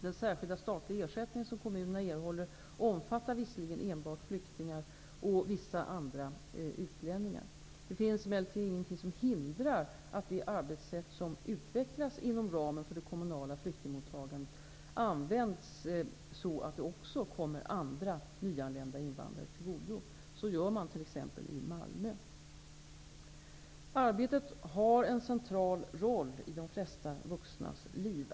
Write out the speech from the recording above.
Den särskilda statliga ersättning som kommunerna erhåller omfattar visserligen enbart flyktingar och vissa andra utlänningar. Det finns emellertid ingenting som hindrar att det arbetssätt som utvecklats inom ramen för det kommunala flyktingmottagandet används så att det också kommer andra nyanlända invandrare till godo. Så gör man t.ex. i Malmö. Arbetet har en central roll i de flesta vuxnas liv.